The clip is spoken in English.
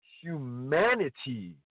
humanity